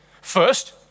First